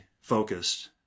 focused